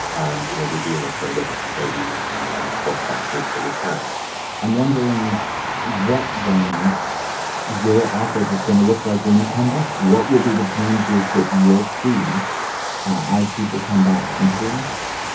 you know, we're doing this for a living. so we need to be on the forefront of the return i'm wondering what then your office is going to look like when you come back. what will be the changes that you'll see as people come back into the office?